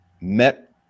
met